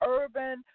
urban